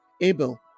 Abel